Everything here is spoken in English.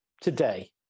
today